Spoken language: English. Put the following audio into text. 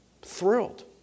Thrilled